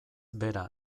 bera